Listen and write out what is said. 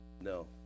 No